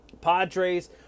Padres